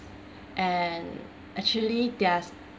and actually there's